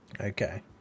okay